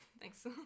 thanks